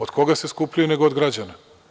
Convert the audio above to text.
Od koga se skupljaju nego od građana?